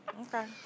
Okay